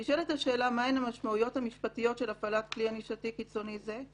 נשאלת השאלה מהן המשמעויות המשפטיות של הפעלת כלי ענישתי קיצוני זה,